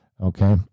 Okay